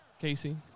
Casey